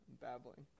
babbling